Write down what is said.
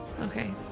Okay